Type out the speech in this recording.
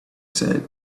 said